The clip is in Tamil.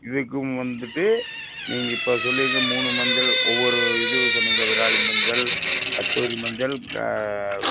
இதுக்கும் வந்துட்டு நீங்கள் இப்போ சொல்லியிருக்குற மூணு மஞ்சள் ஒவ்வொரு இது சொன்னீங்கள்லே விராலி மஞ்சள் கஸ்தூரி மஞ்சள் க